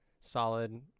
solid